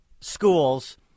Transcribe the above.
schools